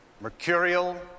mercurial